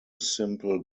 simple